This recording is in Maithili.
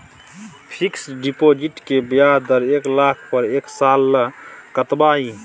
फिक्सड डिपॉजिट के ब्याज दर एक लाख पर एक साल ल कतबा इ?